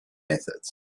methods